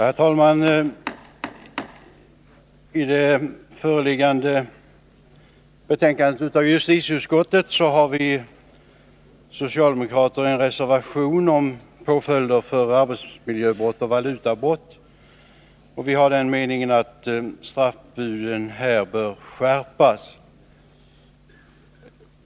Herr talman! I föreliggande betänkande från justitieutskottet har vi socialdemokrater en reservation om påföljder för arbetsmiljöbrott och valutabrott. Vi har den meningen att straffbuden här bör skärpas.